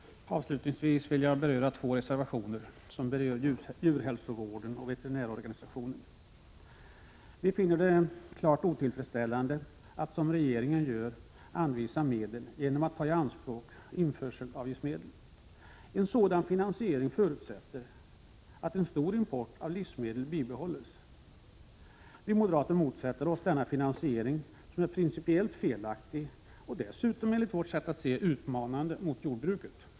Avslutningsvis vill jag beröra två reservationer som gäller djurhälsovården och veterinärorganisationen. Vi moderater finner det klart otillfredsställande att, som regeringen gör, anvisa medel genom att ta i anspråk införselavgiftsmedel. En sådan finansiering förutsätter att en stor import av livsmedel bibehålls. Vi motsätter oss denna finansiering, som är principiellt felaktig och dessutom är utmanande mot jordbruket.